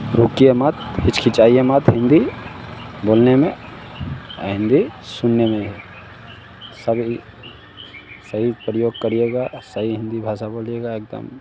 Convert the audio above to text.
रुकिए मत हिचाकिचाइए मत हिन्दी बोलने में या हिन्दी सुनने में सही प्रयोग करिएगा सही हिन्दी भाषा बोलिएगा एक दम